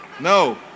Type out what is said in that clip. No